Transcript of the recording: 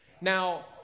Now